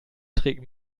trägt